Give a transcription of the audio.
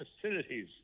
facilities